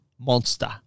Monster